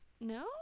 No